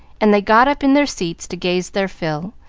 and they got up in their seats to gaze their fill,